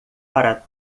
para